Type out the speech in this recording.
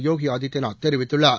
யோகி ஆதித்யநாத் தெரிவித்துள்ளார்